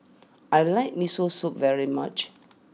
I like Miso Soup very much